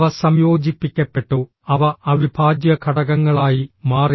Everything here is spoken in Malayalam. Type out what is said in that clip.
അവ സംയോജിപ്പിക്കപ്പെട്ടു അവ അവിഭാജ്യ ഘടകങ്ങളായി മാറി